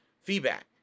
feedback